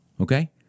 Okay